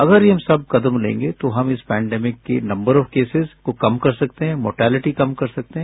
अगर हम ये सब कदम लेंगे तो हम पेंडेनेमिक की नंबर ऑफ केसिस को कम कर सकते हैं मोटेलिटी कम कर सकते हैं